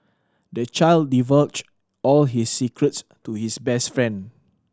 the child divulged all his secrets to his best friend